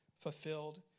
fulfilled